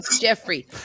jeffrey